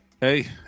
hey